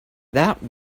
that